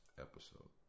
Episode